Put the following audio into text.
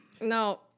No